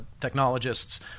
technologists